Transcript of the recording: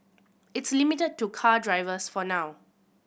it's limited to car drivers for now